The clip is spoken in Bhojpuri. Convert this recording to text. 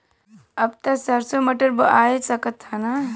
अब त सरसो मटर बोआय सकत ह न?